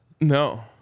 No